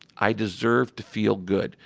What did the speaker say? i deserve to feel good.